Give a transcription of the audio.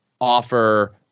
offer